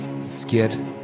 Skid